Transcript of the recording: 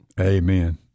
Amen